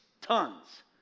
tons